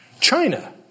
China